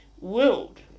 world